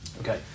Okay